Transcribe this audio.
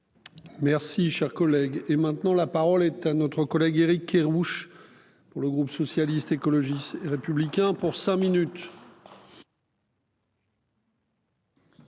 Merci cher collègue. Et maintenant, la parole est à notre collègue Éric Kerrouche pour le groupe socialiste, écologiste et républicain pour cinq minutes.